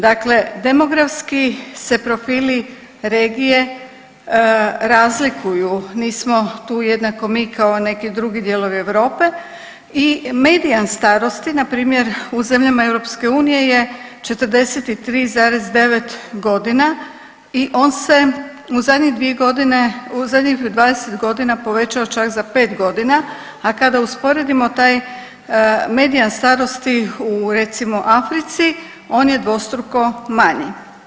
Dakle, demografski se profili regije razlikuju, nismo tu jednako mi kao neki drugi dijelovi Europe i medijan starosti, npr. u zemljama EU je 43,9 godina i on se u zadnje 2 godine, u zadnjih 20 godina povećao čak za 5 godina, a kada usporedimo taj medijan starosti u recimo, Africi, on je dvostruko manji.